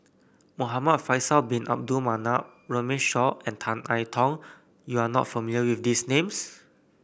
Muhamad Faisal Bin Abdul Manap Runme Shaw and Tan I Tong you are not familiar with these names